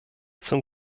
zum